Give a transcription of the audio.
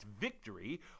victory